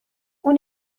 اون